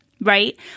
right